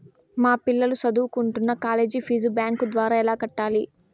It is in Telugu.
మా పిల్లలు సదువుకుంటున్న కాలేజీ ఫీజు బ్యాంకు ద్వారా ఎలా కట్టాలి?